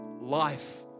Life